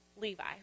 Levi